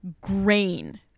grain